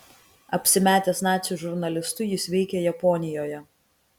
apsimetęs nacių žurnalistu jis veikė japonijoje